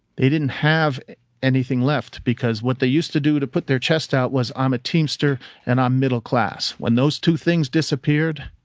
they didn't have anything left because what they used to do to put their chest out was, i'm a teamster and i'm middle class. when those two things disappeared,